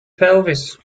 pelvis